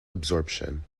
absorption